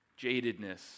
jadedness